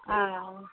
हँ